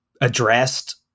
addressed